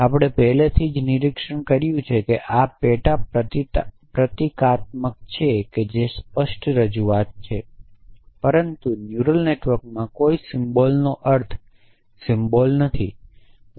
અને આપણે પહેલેથી જ નિરીક્ષણ કર્યું છે કે આ પેટા પ્રતીકાત્મક છે તે સ્પષ્ટ રજૂઆત છે પરંતુ ન્યુરલ નેટવર્કમાં કોઈ સિમ્બલ્સનો અર્થ સિમ્બલ્સ નથી